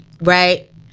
right